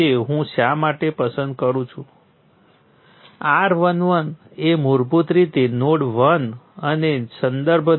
તેથી હવે અમે જે કરવા જઈ રહ્યા છીએ તે કિસ્સાઓમાં ઉપયોગ માટે નોડલ વિશ્લેષણ અપનાવવાનું છે